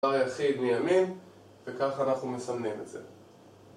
האיבר היחיד מימין וככה אנחנו מסמנים את זה